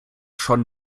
schon